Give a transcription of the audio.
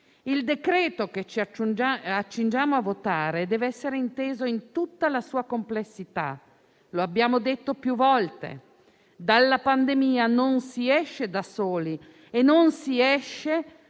Il decreto-legge che ci accingiamo a convertire deve essere inteso in tutta la sua complessità. Lo abbiamo detto più volte: dalla pandemia non si esce da soli e non si esce